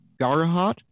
Garahat